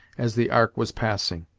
as the ark was passing.